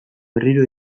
berriro